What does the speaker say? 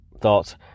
thoughts